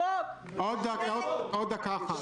עוד דקה אחת.